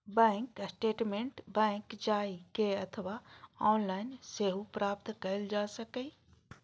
bank statement bank जाए के अथवा ऑनलाइन सेहो प्राप्त कैल जा सकैए